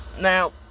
now